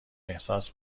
احساس